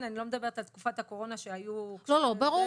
אני לא מדברת על תקופה הקורונה שהיו מקרים --- ברור,